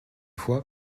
fois